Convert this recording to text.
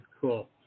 cool